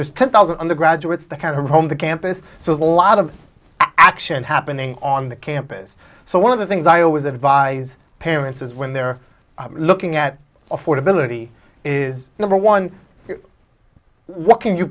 there's ten thousand undergraduates that kind of home the campus so is a lot of action happening on the campus so one of the things i always advise parents is when they're looking at affordability is number one what can you